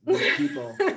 people